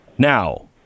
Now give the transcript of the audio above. Now